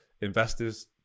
investors